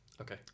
Okay